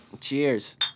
Cheers